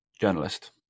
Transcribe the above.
journalist